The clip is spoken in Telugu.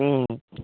ఆ